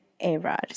A-Rod